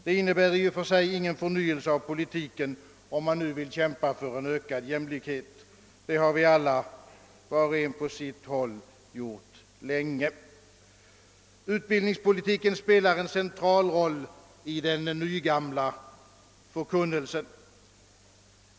Det innebär i och för sig ingen förnyelse av politiken, om man nu vill kämpa för ökad jämlikhet — det har vi alla var och en på sitt håll länge gjort. Utbildningspolitiken spelar en central roll i den nygamla förkunnelsen.